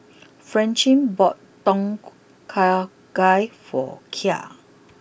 Francine bought Tom Kha Gai for Kai